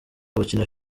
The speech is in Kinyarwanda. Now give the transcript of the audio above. gukina